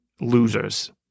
losers